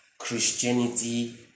Christianity